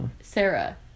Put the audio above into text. Sarah